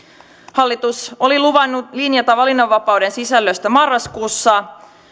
hallitus oli luvannut linjata valinnanvapauden sisällöstä marraskuussa